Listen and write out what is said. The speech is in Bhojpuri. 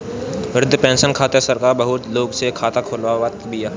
वृद्धा पेंसन खातिर सरकार बुढ़उ लोग के खाता खोलवावत बिया